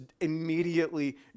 immediately